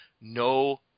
No